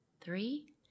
three